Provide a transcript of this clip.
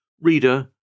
Reader